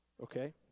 Okay